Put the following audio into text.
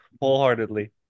wholeheartedly